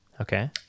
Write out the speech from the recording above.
okay